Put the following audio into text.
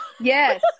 yes